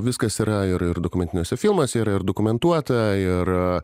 viskas yra ir ir dokumentiniuose filmuose yra ir dokumentuota ir